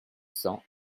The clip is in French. cents